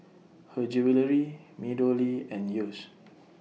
Her Jewellery Meadowlea and Yeo's